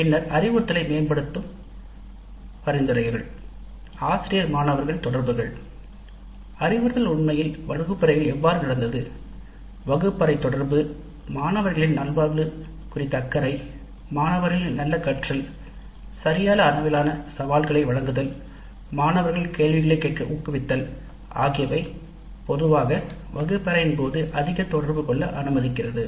பின்னர் அறிவுறுத்தலை மேம்படுத்த பரிந்துரைகள் ஆசிரியர் மாணவர் தொடர்புகள் அறிவுறுத்தல் உண்மையில் வகுப்பறையில் எவ்வாறு நடந்தது மாணவர்களின் நல்வாழ்வு குறித்த அக்கறை மாணவர்களின் நல்ல கற்றல் சரியான அளவிலான சவால்களை வழங்குதல் மாணவர்கள் கேள்விகளைக் கேட்க ஊக்குவித்தல் ஆகியவை பொதுவாக வகுப்பறையின் போது அதிக தொடர்பு கொள்ள அனுமதிக்கிறது